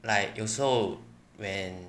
like 有时候 when